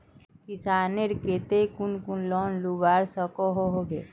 किसानेर केते कुन कुन लोन मिलवा सकोहो होबे?